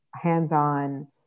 hands-on